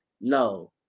no